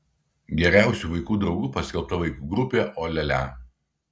geriausiu vaikų draugu paskelbta vaikų grupė o lia lia